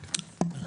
כן.